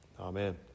Amen